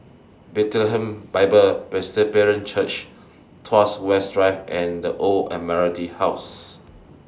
Bethlehem Bible Presbyterian Church Tuas West Drive and The Old Admiralty House